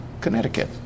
Connecticut